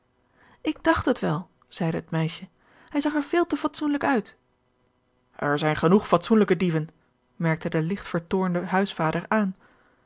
ik dacht het wel zeide het meisje hij zag er veel te fatsoenlijk uit er zijn genoeg fatsoenlijke dieven merkte de ligt vertoornde huisvader aan